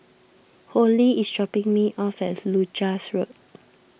Hollie is dropping me off at Leuchars Road